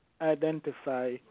identify